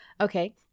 okay